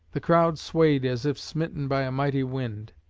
the crowd swayed as if smitten by a mighty wind.